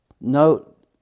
note